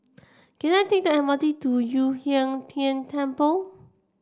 can I take the M R T to Yu Huang Tian Temple